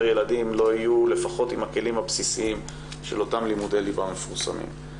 ילדים לא יהיו לפחות עם הכלים הבסיסיים של אותם לימודי ליבה מפורסמים.